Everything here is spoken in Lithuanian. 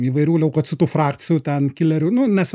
įvairių leukocitų frakcijų ten kilerių nu nes